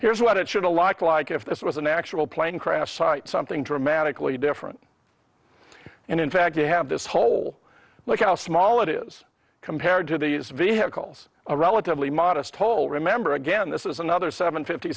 here's what it should a lot like if this was an actual plane crash site something dramatically different and in fact you have this whole look how small it is compared to these vehicles a relatively modest hole remember again this is another seven fifty